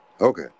Okay